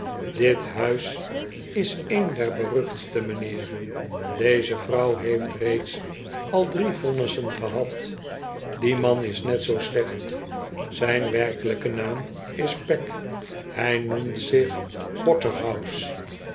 dit huis is een der beruchtste m'nheer deze vrouw heeft reeds al drie vonnissen gehad die man is net zoo slecht zijn werkelijke naam is pegg hij noemt zich waterhouse